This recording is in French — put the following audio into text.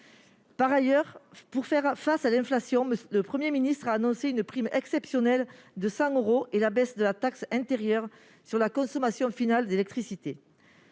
Français ! Pour faire face à l'inflation, le Premier ministre a annoncé une prime exceptionnelle de 100 euros et la baisse de la taxe intérieure sur la consommation finale d'électricité.